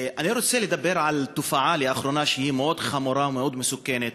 אני רוצה לדבר על תופעה שלאחרונה היא מאוד חמורה ומאוד מסוכנת,